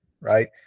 right